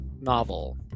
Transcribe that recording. novel